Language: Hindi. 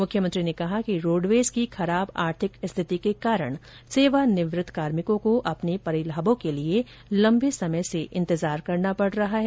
मुख्यमंत्री ने कहा कि रोडवेज की खराब आर्थिक स्थिति के कारण सेवानिवृत्त कार्मिकों को अपने परिलाभों के लिए लम्बे समय से इन्तजार करना पड़ रहा है